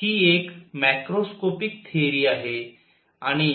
हि एक macroscopic theory आहे आणि